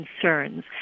concerns